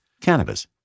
Cannabis